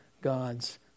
God's